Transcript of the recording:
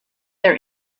their